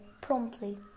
promptly